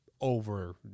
over